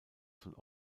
von